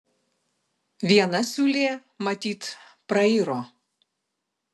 viena siūlė matyt prairo